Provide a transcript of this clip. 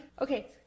Okay